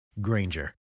Granger